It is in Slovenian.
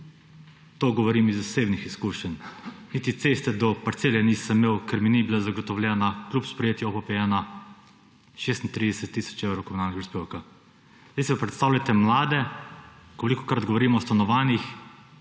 To govorim iz osebnih izkušenj, niti ceste do parcele nisem imel, ker mi ni bila zagotovljena kljub sprejetju OPN – 36 tisoč evrov komunalnega prispevka. Zdaj si pa predstavljajte mlade, kolikokrat govorimo o stanovanjih,